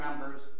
members